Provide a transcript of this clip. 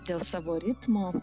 dėl savo ritmo